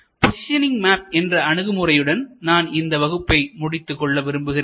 positioning map என்ற அணுகுமுறையுடன் நான் இந்த வகுப்பை முடித்துக் கொள்ள விரும்புகிறேன்